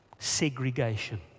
Segregation